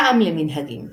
טעם למנהגים